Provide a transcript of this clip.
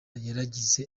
yaragize